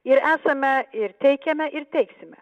ir esame ir teikiame ir teiksime